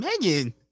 Megan